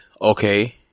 okay